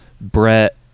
brett